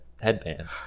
headband